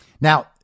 now